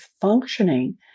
functioning